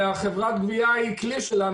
חברת הגבייה היא כלי שלנו,